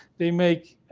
they make.